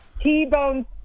T-bone